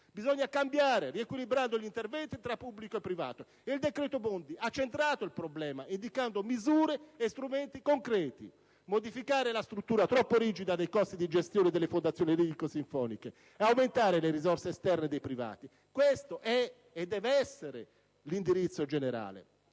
Bisogna cambiare, riequilibrando gli interventi tra pubblico e privato. Il decreto Bondi ha centrato il problema, indicando misure e strumenti concreti: modificare la struttura troppo rigida dei costi di gestione delle fondazioni lirico-sinfoniche e aumentare le risorse esterne dei privati. Questo è e deve essere l'indirizzo generale.